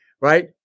right